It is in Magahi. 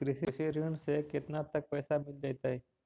कृषि ऋण से केतना तक पैसा मिल जइतै?